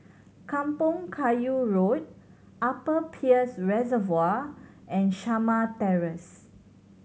Kampong Kayu Road Upper Peirce Reservoir and Shamah Terrace